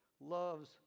loves